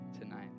tonight